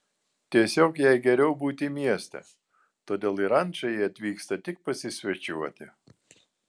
tiesiog jai geriau būti mieste todėl į rančą ji atvyksta tik pasisvečiuoti